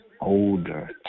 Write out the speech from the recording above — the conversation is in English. older